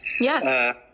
Yes